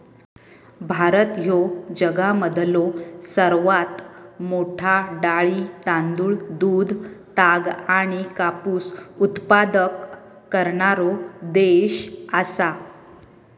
भारत ह्यो जगामधलो सर्वात मोठा डाळी, तांदूळ, दूध, ताग आणि कापूस उत्पादक करणारो देश आसा